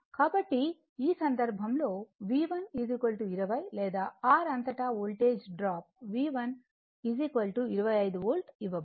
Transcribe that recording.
కాబట్టి ఈ సందర్భంలో V1 20 లేదా R అంతటా వోల్టేజ్ డ్రాప్ V125 వోల్ట్ ఇవ్వబడింది